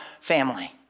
family